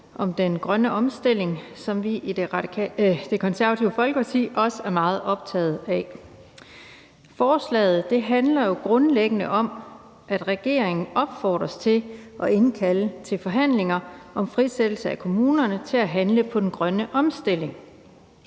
om den grønne omstilling. Det er noget, vi i Det Konservative Folkeparti også er meget optaget af. Forslaget handler grundlæggende om, at regeringen opfordres til at indkalde til forhandlinger om frisættelse af kommunerne til at handle på den grønne omstilling.